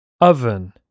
Oven